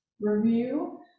review